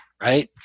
Right